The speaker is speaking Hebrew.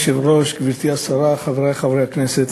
אדוני היושב-ראש, גברתי השרה, חברי חברי הכנסת,